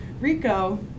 rico